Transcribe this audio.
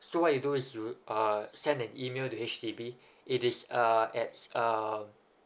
so what you do is you uh send an email to H_D_B it is uh apps uh